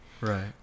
Right